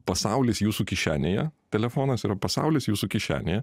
pasaulis jūsų kišenėje telefonas yra pasaulis jūsų kišenėje